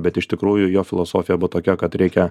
bet iš tikrųjų jo filosofija buvo tokia kad reikia